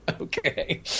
Okay